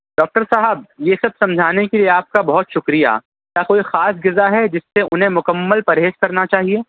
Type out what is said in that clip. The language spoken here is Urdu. ڈاکٹر صاحب یہ سب سمجھانے کے لیے آپ کا بہت شکریہ کیا کوئی خاص غذا ہے جس سے انہیں مکمل پرہیز کرنا چاہیے